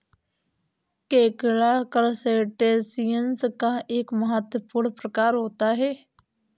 केकड़ा करसटेशिंयस का एक महत्वपूर्ण प्रकार होता है